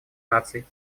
наций